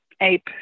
ape